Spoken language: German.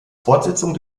fortsetzung